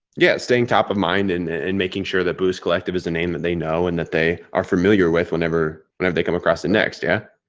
yeah, staying top of mind. and and making sure that boosts collective is a name that they know and that they are familiar with whenever, whenever they come across the next yeah.